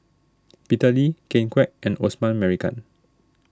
Peter Lee Ken Kwek and Osman Merican